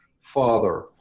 father